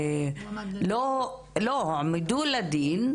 הם הועמדו לדין,